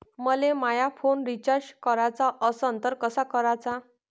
मले माया phone recharge कराचा असन तर कसा कराचा?